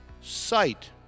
sight